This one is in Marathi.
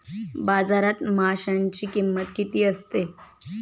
बाजारात माशांची किंमत किती असते?